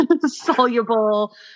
soluble